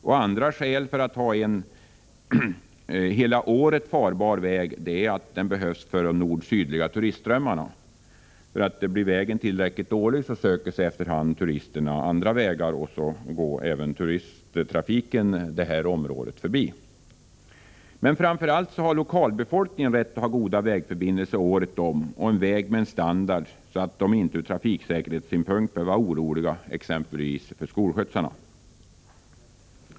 Ett annat skäl för att ha en hela året farbar väg är att den behövs för de nord-sydliga turistströmmarna. Blir vägen alltför dålig söker sig turisterna efter hand andra vägar, och så går även turisttrafiken det här området förbi. Men framför allt har lokalbefolkningen rätt att ha goda vägförbindelser året om och en väg med sådan standard att man inte ur trafiksäkerhetssynpunkt behöver vara orolig för exempelvis skolskjutsarna.